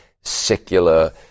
secular